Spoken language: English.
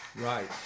Right